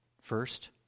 first